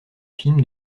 film